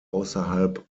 außerhalb